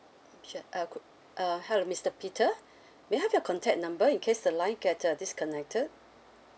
sure uh good uh hello mister peter may I have your contact number in case the line get uh disconnected